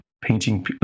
painting